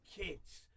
kids